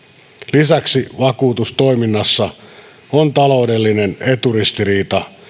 lisäksi vakuutustoiminnassa on taloudellinen eturistiriita